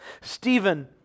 Stephen